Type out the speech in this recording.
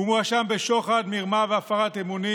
הוא מואשם בשוחד, מרמה והפרת אמונים.